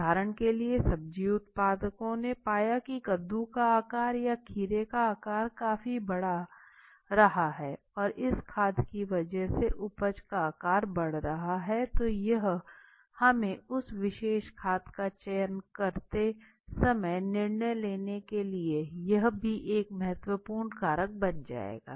उदाहरण के लिए सब्जी उत्पादकों ने पाया कि कद्दू का आकार या खीरे का आकार काफी बड़ा रहा है और इस खाद की वजह से उपज का आकार बढ़ रहा है तो यह हमे उस विशेष खाद का चयन करते समय निर्णय लेने के लिए यह भी एक महत्वपूर्ण कारक बन जायेगा